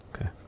okay